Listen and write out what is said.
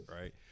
right